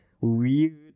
weird